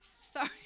Sorry